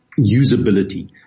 usability